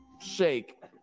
shake